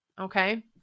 okay